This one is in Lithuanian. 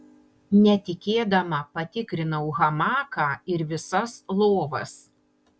netikėdama patikrinau hamaką ir visas lovas